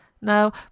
Now